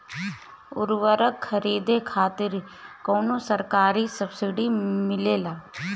उर्वरक खरीदे खातिर कउनो सरकारी सब्सीडी मिलेल?